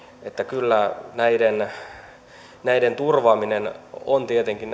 että kyllä näiden vaarojen turvaaminen on tietenkin